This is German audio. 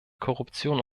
korruption